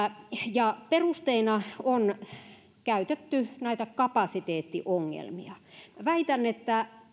ja perusteina on käytetty näitä kapasiteettiongelmia väitän että